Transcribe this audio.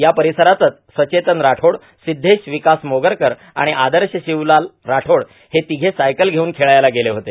या परिसरात सचेतन राठोड सिद्धेश विकास मोगरकर आणि आदर्श शिवलाल राठोड हे तिघे सायकल घेऊन खेळायला गेले होते